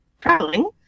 traveling